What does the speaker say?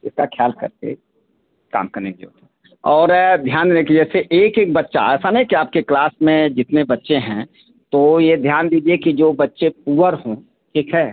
इसका ख़्याल करके काम करने की जरूरत है और ध्यान देने की जैसे एक एक बच्चा ऐसा नहीं कि आपके क्लास में जितने बच्चे हैं तो ये ध्यान दीजिए कि जो बच्चे पुअर हों ठीक है